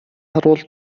харвал